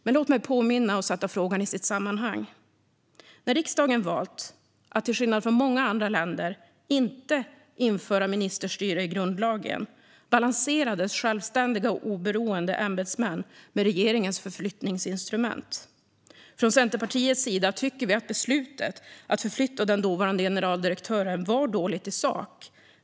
Men låt mig sätta frågan i sitt sammanhang och påminna om att när riksdagen valde att till skillnad från många andra länder inte införa ministerstyre i grundlagen balanserades självständiga och oberoende ämbetsmän med regeringens förflyttningsinstrument. Från Centerpartiets sida tycker vi att beslutet att förflytta den dåvarande generaldirektören var dåligt i sak.